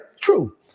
True